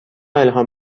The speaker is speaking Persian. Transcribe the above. الهام